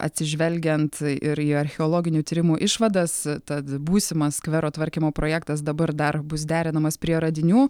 atsižvelgiant ir į archeologinių tyrimų išvadas tad būsimas skvero tvarkymo projektas dabar dar bus derinamas prie radinių